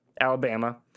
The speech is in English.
alabama